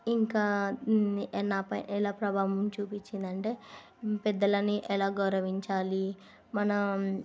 ఇంకా నాపై ఎలా ప్రభావం చూపించిందంటే పెద్దలని ఎలా గౌరవించాలి మన